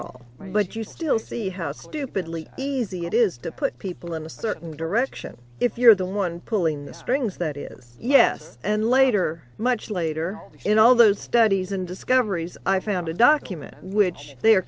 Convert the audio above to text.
all but you still see how stupidly easy it is to put people in a certain direction if you're the one pulling the strings that is yes and later much later in all those studies and discoveries i found a document which they are